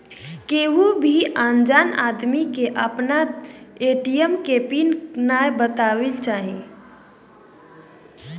केहू भी अनजान आदमी के आपन ए.टी.एम के पिन नाइ बतावे के चाही